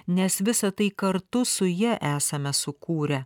nes visa tai kartu su ja esame sukūrę